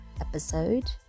episode